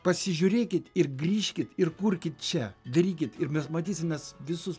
pasižiūrėkit ir grįžkit ir kurkit čia darykit ir mes matysimės visus